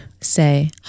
say